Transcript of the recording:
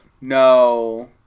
No